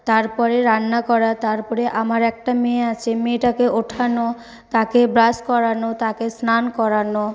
তারপরে রান্না করা তারপরে আমার একটা মেয়ে আছে মেয়েটাকে ওঠানো তাকে ব্রাশ করানো তাকে স্নান করানো